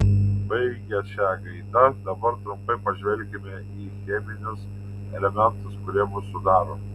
baigę šia gaida dabar trumpai pažvelkime į cheminius elementus kurie mus sudaro